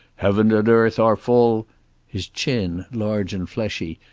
heaven and earth, are full his chin, large and fleshy,